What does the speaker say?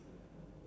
uh